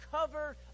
cover